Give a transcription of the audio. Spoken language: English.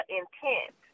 intent